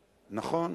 נכון,